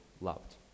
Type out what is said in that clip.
loved